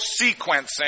sequencing